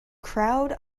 crowd